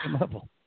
level